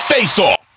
Faceoff